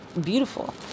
beautiful